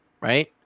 right